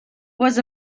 was